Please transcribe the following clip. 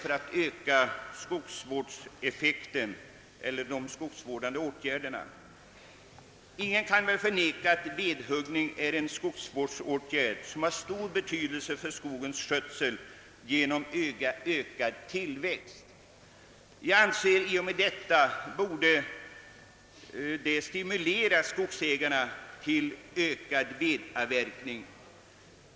Därmed menas väl en ökning av de skogsvårdande åtgärderna. Ingen kan förneka att vedhuggning är en skogsvårdande åtgärd av stor betydelse för skogens skötsel. Den ökar nämligen tillväxten, och det tycker jag borde stimulera skogsägarna till ökad vedavverkning.